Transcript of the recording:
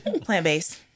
plant-based